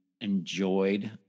enjoyed